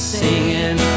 singing